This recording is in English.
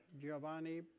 Giovanni